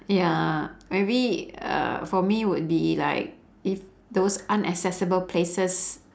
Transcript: ya maybe uh for me would be like if those unaccessible places